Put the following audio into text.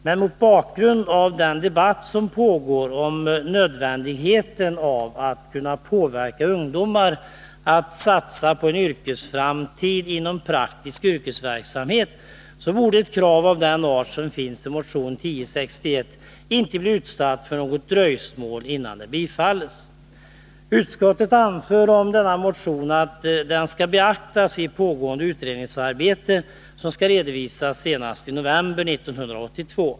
Men mot bakgrund av den debatt som pågår om nödvändigheten av att kunna påverka ungdomar att satsa på en yrkesframtid inom praktisk yrkesverksamhet borde ett krav av den art som finns i motion 1061 inte bli utsatt för något dröjsmål innan det bifalls. Utskottet anför att motionen skall beaktas i det pågående utredningsarbetet, som skall redovisas senast i november 1982.